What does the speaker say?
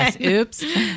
Oops